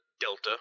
delta